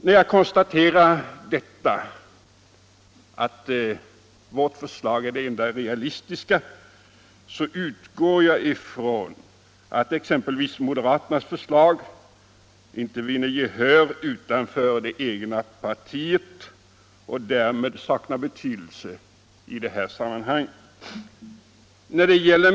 När jag konstaterar detta — att vårt förslag är det enda realistiska — utgår jag från att exempelvis moderaternas förslag inte vinner gehör utanför det egna partiet och därmed saknar betydelse i detta sammanhang.